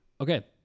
Okay